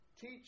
teach